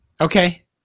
Okay